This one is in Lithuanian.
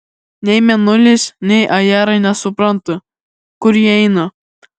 nei mėnulis nei ajerai nesupranta kur ji eina